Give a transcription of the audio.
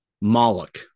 Moloch